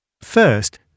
First